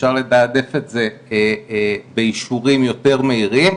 אפשר לתעדף את זה באישורים יותר מהירים,